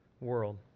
world